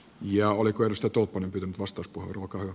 ja oliko se tuo nyt vastus merkitys